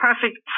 perfect